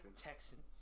Texans